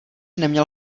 neměl